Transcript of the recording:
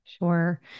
Sure